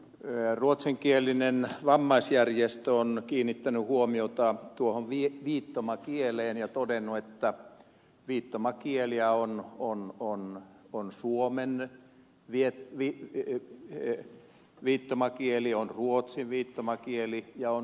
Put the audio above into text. ruotsinkielinen vammaisjärjestö on kiinnittänyt huomiota tuohon viittomakieleen ja todennut että viittomakieliä on suomen viittomakieli on ruotsin viittomakieli ja on suomenruotsin viittomakieli